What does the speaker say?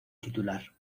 titular